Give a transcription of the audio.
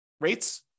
rates